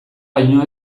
baino